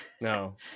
no